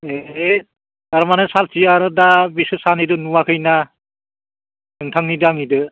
ए थारमाने साल्थि आरो दा बेसोर सानैजों नुवाखै ना नोंथांनिजो आंनिदों